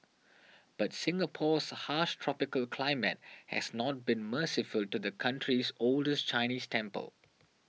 but Singapore's harsh tropical climate has not been merciful to the country's oldest Chinese temple